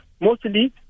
Mostly